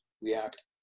react